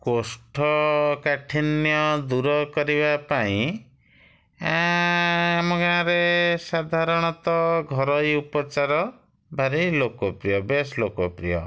କୋଷ୍ଠ କାଠିନ୍ୟ ଦୂର କରିବା ପାଇଁ ଆମ ଗାଁରେ ସାଧାରଣତଃ ଘରୋଇ ଉପଚାର ଭାରି ଲୋକପ୍ରିୟ ବେଶ୍ ଲୋକପ୍ରିୟ